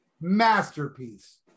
Masterpiece